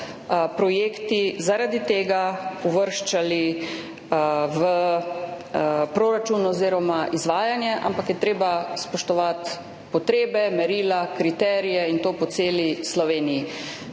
projekti zaradi tega uvrščali v proračun oziroma izvajanje, ampak je treba spoštovati potrebe, merila, kriterije in to po celi Sloveniji.